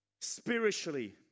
Spiritually